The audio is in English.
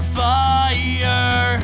fire